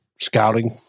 scouting